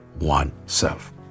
oneself